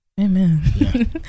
Amen